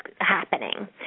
happening